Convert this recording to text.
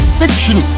fiction